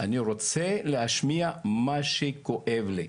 אני רוצה להשמיע מה שכואב לי,